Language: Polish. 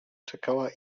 czekała